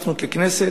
אנחנו ככנסת,